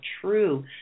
true